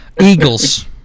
Eagles